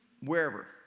wherever